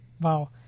Wow